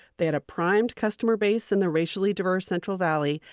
they had a primed customer base in the racially diverse central valley.